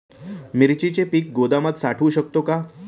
मिरचीचे पीक गोदामात साठवू शकतो का?